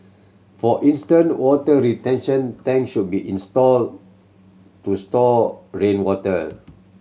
for instant water retention tanks should be installed to store rainwater